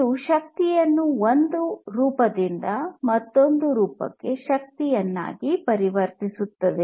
ಇದು ಶಕ್ತಿಯನ್ನು ಒಂದು ರೂಪದಿಂದ ಮತ್ತೊಂದು ರೂಪದ ಶಕ್ತಿಯನ್ನಾಗಿ ಪರಿವರ್ತಿಸುತ್ತದೆ